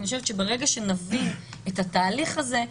אני חושבת שברגע שנבין את התהליך הזה,